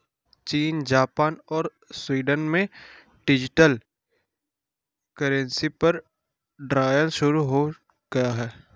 चीन, जापान और स्वीडन में तो डिजिटल करेंसी पर ट्रायल शुरू हो गया है